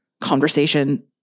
conversation